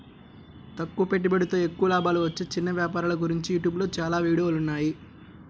తక్కువ పెట్టుబడితో ఎక్కువ లాభాలు వచ్చే చిన్న వ్యాపారాల గురించి యూట్యూబ్ లో చాలా వీడియోలున్నాయి